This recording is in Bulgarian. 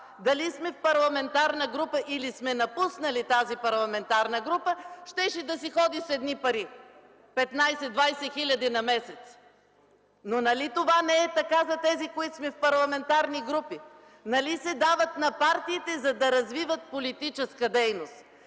дали сме в парламентарна група, или сме напуснали тази парламентарна група, щеше да си ходи с едни пари – 15-20 хиляди на месец. Но нали това не е така за тези, които сме в парламентарни групи, нали се дават на партиите, за да развиват политическа дейност?